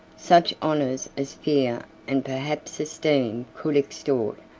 such honors as fear and perhaps esteem could extort,